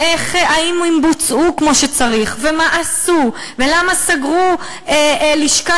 והאם הם בוצעו כמו שצריך ומה עשו ולמה סגרו לשכה